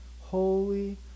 holy